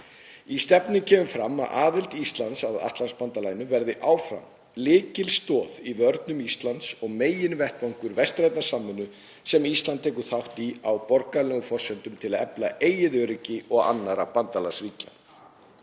Í stefnunni kemur fram að aðild Íslands að Atlantshafsbandalaginu verði áfram lykilstoð í vörnum Íslands og meginvettvangur vestrænnar samvinnu sem Ísland tekur þátt í á borgaralegum forsendum til að efla eigið öryggi og annarra bandalagsríkja.